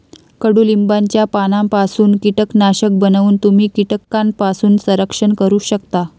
कडुलिंबाच्या पानांपासून कीटकनाशक बनवून तुम्ही कीटकांपासून संरक्षण करू शकता